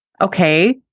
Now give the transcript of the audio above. Okay